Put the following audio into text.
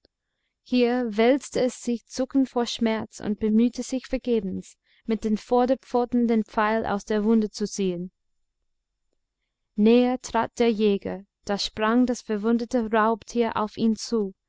hier wälzte es sich zuckend vor schmerz und bemühte sich vergebens mit den vorderpfoten den pfeil aus der wunde zu ziehen näher trat der jäger da sprang das verwundete raubtier auf ihn zu